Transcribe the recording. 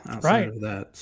right